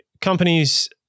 companies